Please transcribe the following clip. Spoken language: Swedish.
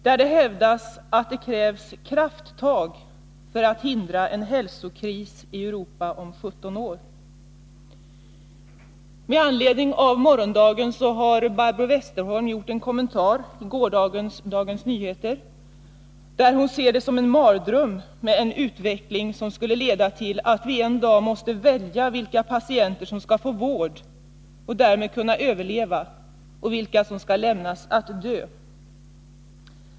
I denna hävdas att det krävs krafttag för att vi skall kunna hindra en hälsokris i Europa om 17 år. I en kommentar i gårdagens Dagens Nyheter med anledning av morgondagen berättade Barbro Westerholm att hon ser en utveckling som skulle leda till att vi en dag måste välja vilka patienter som skall få vård och därmed kunna överleva och vilka som skall lämnas att dö som något av en mardröm.